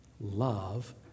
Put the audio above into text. Love